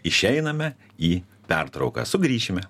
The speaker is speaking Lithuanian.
išeiname į pertrauką sugrįšime